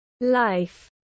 life